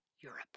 Europe